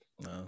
No